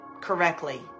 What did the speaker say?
correctly